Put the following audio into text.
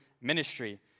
ministry